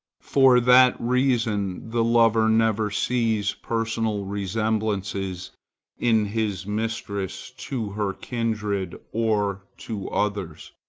for that reason the lover never sees personal resemblances in his mistress to her kindred or to others.